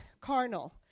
carnal